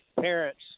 parents